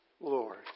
Lord